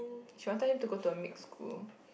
she wanted him to go to a mixed school